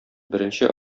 беренче